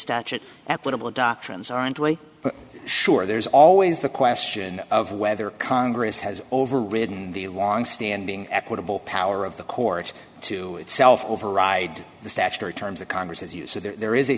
statute equitable doctrines aren't way sure there's always the question of whether congress has overridden the longstanding equitable power of the courts to itself override the statutory terms of congress as you said there